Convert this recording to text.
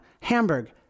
Hamburg